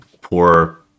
poor